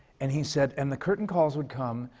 and he said, and the curtain calls would come,